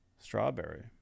Strawberry